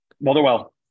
Motherwell